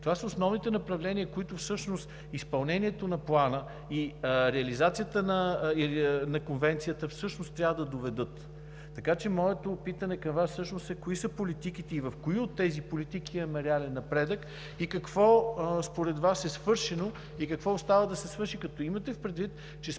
Това са основните направления, до които всъщност изпълнението на Плана и реализацията на Конвенцията трябва да доведат. Моето питане към Вас е: кои са политиките и в кои от тези политики имаме реален напредък? Какво според Вас е свършено и какво остава да се свърши, като имате предвид, че според Плана,